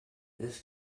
this